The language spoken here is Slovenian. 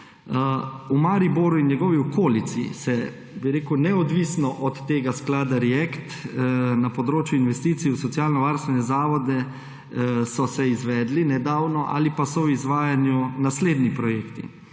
V Mariboru in njegovi okolici so se neodvisno od tega sklada React na področju investicij v socialnovarstvene zavode izvedli nedavno ali pa so v izvajanju naslednji projekti: